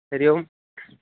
हरिः ओम्